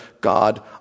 God